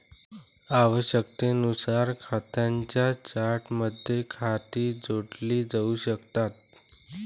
आवश्यकतेनुसार खात्यांच्या चार्टमध्ये खाती जोडली जाऊ शकतात